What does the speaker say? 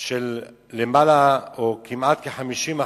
אם יש אנשים שלא נרשמו ורוצים להירשם,